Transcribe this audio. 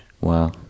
Wow